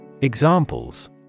Examples